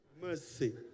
Mercy